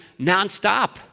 nonstop